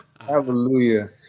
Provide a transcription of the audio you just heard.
Hallelujah